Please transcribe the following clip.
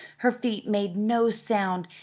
her feet made no sound,